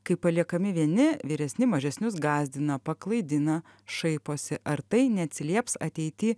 kai paliekami vieni vyresni mažesnius gąsdina paklaidina šaiposi ar tai neatsilieps ateity